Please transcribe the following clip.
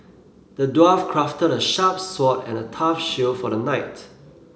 the dwarf crafted a sharp sword and a tough shield for the knight